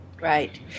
Right